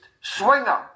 swinger